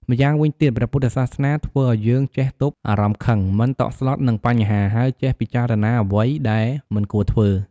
ម្យ៉ាងវិញទៀត ព្រះពុទ្ធសាសនាធ្វើឲ្យយើងចេះទប់អារម្មណ៍ខឹង មិនតក់ស្លុតនឹងបញ្ហា ហើយចេះពិចារណាអ្វីដែលមិនគួរធ្វើ។